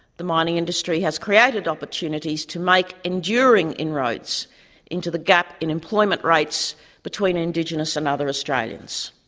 the mining industry has created opportunities to make enduring inroads into the gap in employment rates between indigenous and other australians.